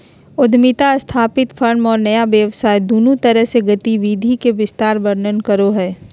उद्यमिता स्थापित फर्म और नया व्यवसाय दुन्नु तरफ से गतिविधि के विस्तार वर्णन करो हइ